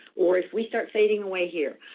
or if we start fading away here.